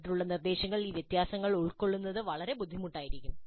നേരിട്ടുള്ള നിർദ്ദേശത്തിൽ ഈ വ്യത്യാസങ്ങൾ ഉൾക്കൊള്ളുന്നത് വളരെ ബുദ്ധിമുട്ടായിരിക്കും